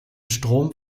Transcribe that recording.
strom